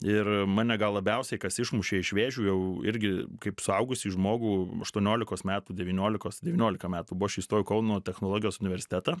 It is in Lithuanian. ir mane gal labiausiai kas išmušė iš vėžių jau irgi kaip suaugusį žmogų aštuoniolikos metų devyniolikos devyniolika metų buvo aš įstojau į kauno technologijos universitetą